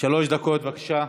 אלהרר, שלוש דקות, בבקשה.